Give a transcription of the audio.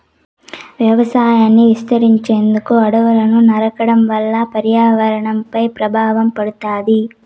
వ్యవసాయాన్ని విస్తరించేందుకు అడవులను నరకడం వల్ల పర్యావరణంపై ప్రభావం పడుతాది